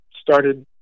started